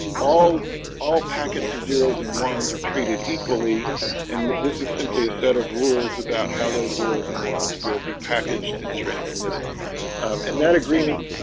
all all packets of zeros and ones are treated equally and what this is simply a set of rules about how those zeros and ones will packaged and transmitted and that agreements?